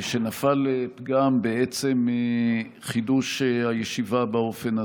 שנפל פגם בעצם חידוש הישיבה באופן הזה.